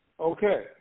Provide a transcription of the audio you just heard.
Okay